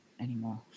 Anymore